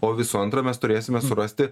o visų antra mes turėsime surasti